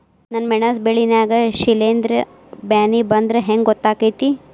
ನನ್ ಮೆಣಸ್ ಬೆಳಿ ನಾಗ ಶಿಲೇಂಧ್ರ ಬ್ಯಾನಿ ಬಂದ್ರ ಹೆಂಗ್ ಗೋತಾಗ್ತೆತಿ?